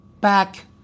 back